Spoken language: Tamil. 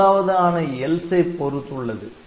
மூன்றாவது ஆணை ELSE ஐ பொறுத்துள்ளது